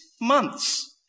months